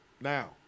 Now